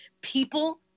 people